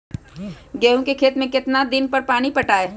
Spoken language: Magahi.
गेंहू के खेत मे कितना कितना दिन पर पानी पटाये?